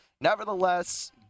Nevertheless